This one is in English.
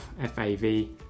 F-A-V